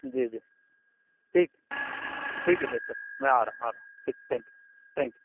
جی جی ٹھیک ٹھیک ہے بہتر ہے میں آ رہا ہوں آ رہا ہوں ٹھیک تھینک یو تھینک یو